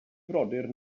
frodyr